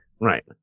Right